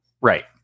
Right